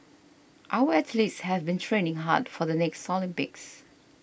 our athletes have been training hard for the next Olympics